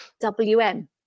WM